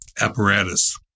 apparatus